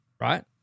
Right